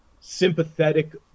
sympathetic